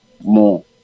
more